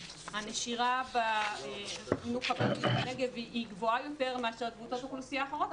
הנשירה בחינוך הבדואי בנגב היא גבוהה יותר מאשר קבוצות אוכלוסייה אחרות,